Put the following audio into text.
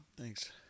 Thanks